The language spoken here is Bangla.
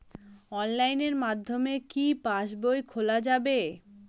অনলাইনের মাধ্যমে কি পাসবই খোলা যাবে?